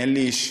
אין לי אישור,